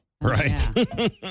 Right